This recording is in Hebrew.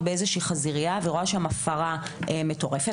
באיזושהי חזירייה ורואה שם הפרה מטורפת,